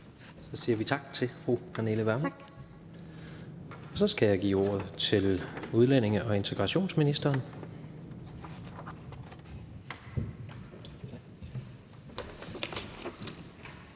Vi siger tak til fru Pernille Vermund. Så skal jeg give ordet til udlændinge- og integrationsministeren.